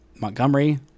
Montgomery